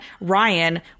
Ryan